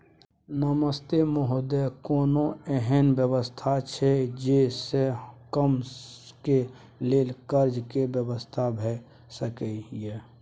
नमस्ते महोदय, कोनो एहन व्यवस्था छै जे से कम के लेल कर्ज के व्यवस्था भ सके ये?